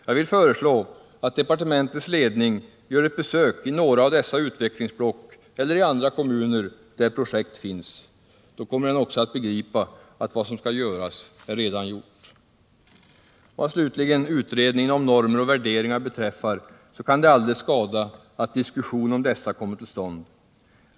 Jag vill föreslå att departementets ledning gör ett besök i några av dessa utvecklingsblock eller i andra kommuner där projekt finns. Då kommer den också att begripa att vad som göras skall redan är gjort. Vad slutligen utredningen om normer och värderingar beträffar så kan det aldrig skada att diskussion om dessa kommer till stånd.